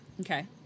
Okay